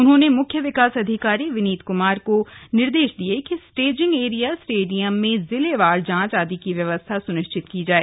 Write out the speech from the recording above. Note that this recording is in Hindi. उन्होंने मुख्य विकास अधिकारी विनीत कुमार को निर्देश दिये कि स्टेजिंग एरिया स्टेडियम में जिलेवार जांच आदि की व्यवस्था सुनिश्चित की जाए